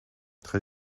très